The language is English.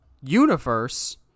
universe